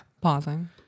Pausing